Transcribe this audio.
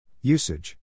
Usage